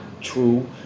true